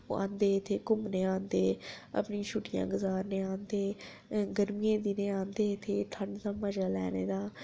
ओह् औंदे इत्थै घूमने औंदे अपनियां छुट्टियां गजारने औंदे गर्मियें दे दिनें औंदे इत्थै ठंड दा मजा लैने दा